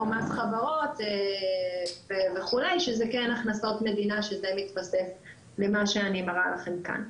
מס חברות וכולי שזה כן הכנסות מדינה שמתווספות למה שאני מראה לכם כאן.